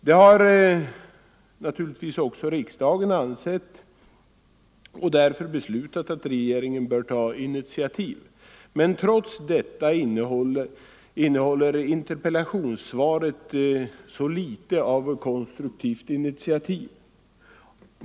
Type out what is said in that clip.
Det har också riksdagen ansett och därför beslutat att regeringen bör ta initiativ, men trots detta innehåller interpellationssvaret så litet av konstruktivt initiativ.